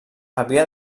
havia